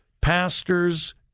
pastors